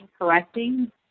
correcting